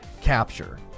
capture